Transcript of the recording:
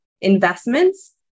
investments